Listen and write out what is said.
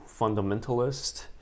fundamentalist